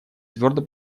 твердо